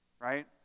Right